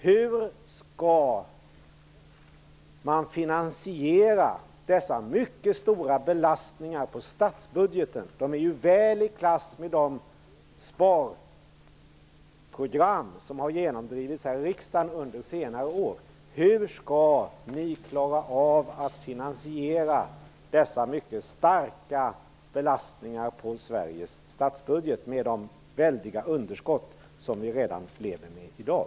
Hur skall man finansiera dessa mycket stora belastningar på statsbudgeten, som är väl i klass med de sparprogram som har genomdrivits här i riksdagen under senare år. Hur skall ni klara av att finansiera dessa mycket starka belastningar på Sveriges statsbudget med de väldiga underskott som vi lever med redan i dag?